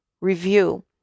review